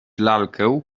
lalkę